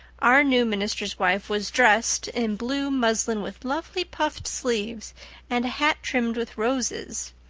our new minister's wife was dressed in blue muslin with lovely puffed sleeves and hat trimmed with roses.